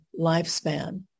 lifespan